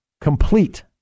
complete